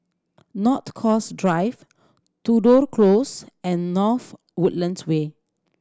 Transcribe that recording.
North Coast Drive Tudor Close and North Woodlands Way